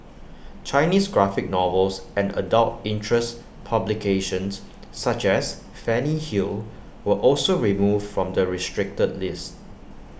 Chinese graphic novels and adult interest publications such as Fanny hill were also removed from the restricted list